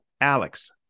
alex